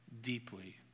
deeply